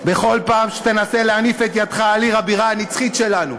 בכל פעם שתנסה להניף את ידך על עיר הבירה הנצחית שלנו,